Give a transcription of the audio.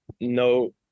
no